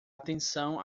atenção